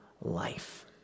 life